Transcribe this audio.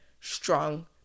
strong